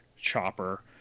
chopper